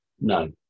No